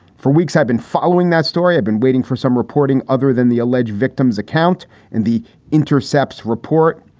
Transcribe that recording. for weeks i've been following that story. i've been waiting for some reporting other than the alleged victim's account and the intercepts report.